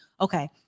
Okay